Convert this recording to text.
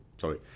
sorry